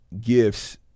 gifts